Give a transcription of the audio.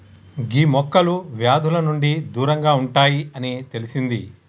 గీ మొక్కలు వ్యాధుల నుండి దూరంగా ఉంటాయి అని తెలిసింది